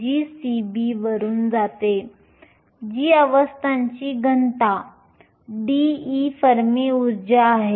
gCB वरून जाते जी अवस्थांची घनता आहे dE फर्मी ऊर्जा आहे